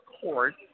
court